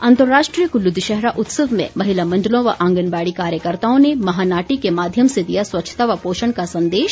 अंतर्राष्ट्रीय कुल्लू दशहरा उत्सव में महिला मण्डलों व आंगनबाड़ी कार्यकर्ताओं ने महानाटी के माध्यम से दिया स्वच्छता व पोषण का संदेश